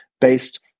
based